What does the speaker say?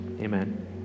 Amen